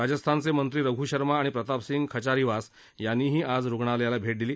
राजस्थानचे मंत्री रघु शर्मा आणि प्रतापसिंग खचारिवास यांनीही आज रुग्णालयाला भेट दिली